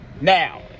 Now